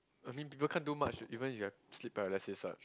I mean people can't do much even you have sleep paralysis what